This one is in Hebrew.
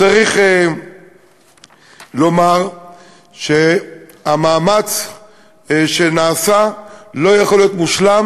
צריך לומר שהמאמץ שנעשה לא יכול להיות מושלם